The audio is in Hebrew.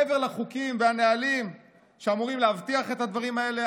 מעבר לחוקים והנהלים שאמורים להבטיח את הדברים האלה,